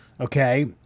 okay